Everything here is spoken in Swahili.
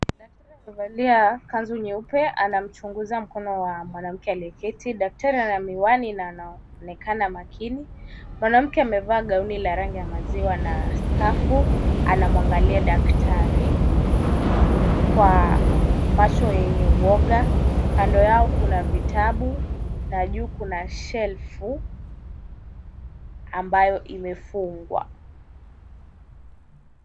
Daktari amevalia kanzu nyeupe, anachunguza mkono wa mwanamke aliyeketi. Daktari ana miwani na anaonekana makini. Mwanamke amevalia gauni la rangi ya maziwa na skafu. Anamwangalia daktari kwa macho yenye uoga. Kando yao kuna vitabu na juu kuna shelf ambayo imefungwa.